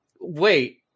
Wait